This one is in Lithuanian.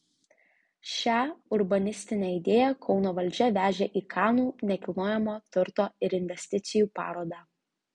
šią urbanistinę idėją kauno valdžia vežė į kanų nekilnojamojo turto ir investicijų parodą